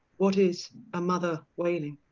what is a mother wailing?